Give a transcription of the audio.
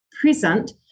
present